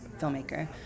filmmaker